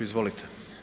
Izvolite.